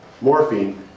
morphine